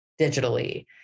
digitally